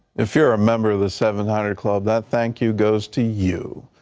if you're a member of the seven hundred club, that thank you goes to you.